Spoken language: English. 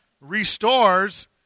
restores